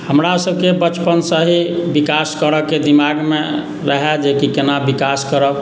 हमरासभके बचपनसँ ही विकास करयके दिमागमे रहै जेकि केना विकास करब